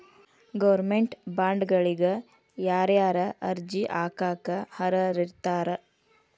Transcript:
Government ಬಾಂಡ್ಗಳಿಗ ಯಾರ್ಯಾರ ಅರ್ಜಿ ಹಾಕಾಕ ಅರ್ಹರಿರ್ತಾರ?